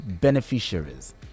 beneficiaries